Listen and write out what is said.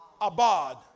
abad